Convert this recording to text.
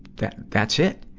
that, that's it.